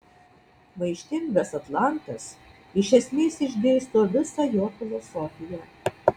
maištingas atlantas iš esmės išdėsto visą jo filosofiją